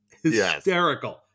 Hysterical